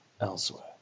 elsewhere